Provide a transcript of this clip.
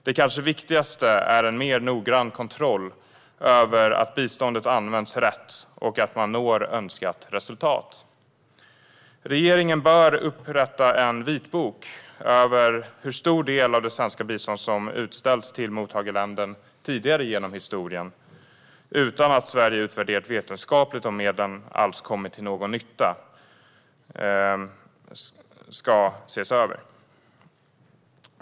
Den kanske viktigaste är en mer noggrann kontroll av att biståndet används rätt och att man når önskat resultat. Regeringen bör upprätta en vitbok över hur stor del av det svenska biståndet det är som har utställts till mottagarländer tidigare genom historien utan att Sverige utvärderat vetenskapligt om medlen alls kommit till någon nytta.